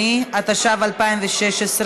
התשע"ו 2016,